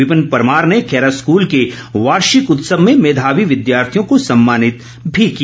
विपिन परमार ने खैरा स्कूल के वार्षिक उत्सव में मेघावी विद्यार्थियों को सम्मानित भी किया